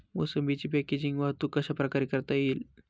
मोसंबीची पॅकेजिंग वाहतूक कशाप्रकारे करता येईल?